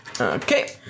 Okay